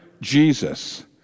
Jesus